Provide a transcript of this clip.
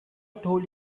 told